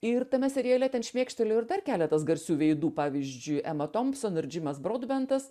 ir tame seriale ten šmėkštelėjo ir dar keletas garsių veidų pavyzdžiui ema tompson ir džimas braudbentas